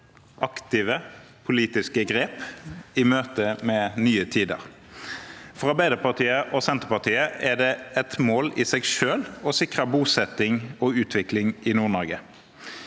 aktive politiske grep i møte med nye tider. For Arbeiderpartiet og Senterpartiet er det et mål i seg selv å sikre bosetting og utvikling i Nord-Norge.